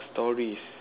stories